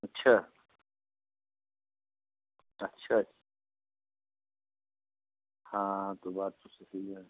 अच्छा अच्छा हाँ तो बात तो सही है